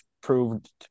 proved